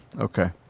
Okay